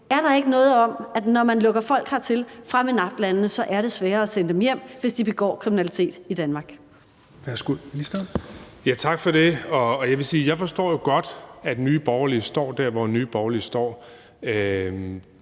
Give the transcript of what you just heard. Er der ikke noget om, at det, når man lukker folk hertil fra MENAPT-landene, er sværere at sende dem hjem, hvis de begår kriminalitet i Danmark?